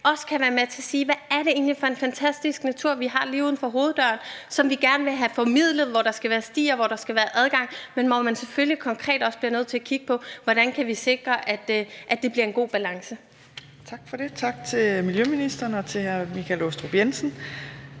også kan være med til at vise, hvad det er for en fantastisk natur, vi har lige uden for vores hoveddør, som vi gerne vil have formidlet, hvor der skal være stier, og hvor der skal være adgang. Men man bliver selvfølgelig også konkret nødt til at kigge på, hvordan vi kan sikre , at der bliver en god balance. Kl. 14:56 Fjerde næstformand (Trine Torp): Tak for det. Tak til miljøministeren og til hr. Michael Aastrup Jensen.